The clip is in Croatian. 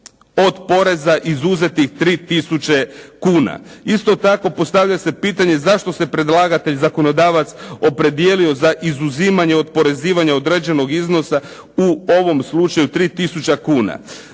od poreza izuzetih 3 tisuće kuna. Isto tako postavlja se pitanje zašto se predlagatelj, zakonodavac opredijelio za izuzimanje od oporezivanja određenog iznosa u ovom slučaju 3 tisuća